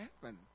happen